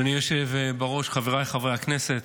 אדוני היושב בראש, חבריי חברי הכנסת,